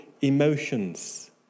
emotions